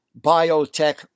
biotech